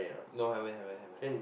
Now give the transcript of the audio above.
no haven't haven't haven't